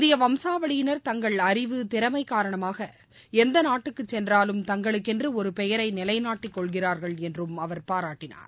இந்திய வம்சாவளியினா் தங்கள் அறிவு திறமை காரணமாக எந்த நாட்டுக்கு சென்றாலும் தங்களுக்கென்று ஒரு பெயரை நிலைநாட்டி கொள்கிறா்கள் என்றும் அவர் பாராட்டினார்